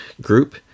group